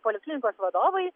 poliklinikos vadovai